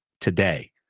today